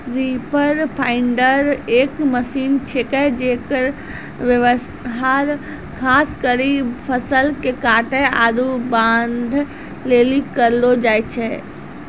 reaper binder एक machine छिकै जेकर व्यवहार खास करी फसल के काटै आरू बांधै लेली करलो जाय छै